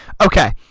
Okay